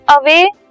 away